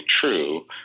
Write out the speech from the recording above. true